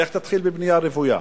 לך תתחיל בנייה רוויה.